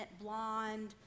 blonde